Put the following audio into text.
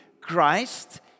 Christ